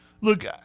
Look